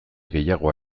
gehiago